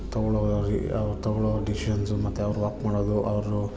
ತಗೊಳ್ಳೊ ರಿ ಅವ್ರು ತಗೊಳ್ಳೊ ಡಿಸಿಷನ್ಸು ಮತ್ತೆ ಅವ್ರು ವಾಕ್ ಮಾಡೋದು ಅವರು